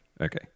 okay